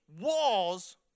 walls